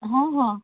ହଁ ହଁ